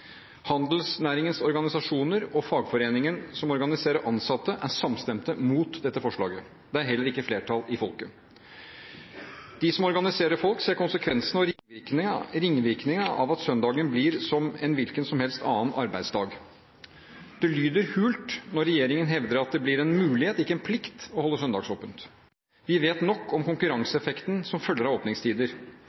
Handelsnæringens organisasjoner og fagforeningene som organiserer ansatte, er samstemte imot dette forslaget. Det er heller ikke flertall i folket. De som organiserer folk, ser konsekvensen og ringvirkningene av at søndagen blir som en hvilken som helst annen arbeidsdag. Det lyder hult når regjeringen hevder at det blir en mulighet – ikke en plikt – å holde søndagsåpent. Vi vet nok om konkurranseeffekten som følger av åpningstider.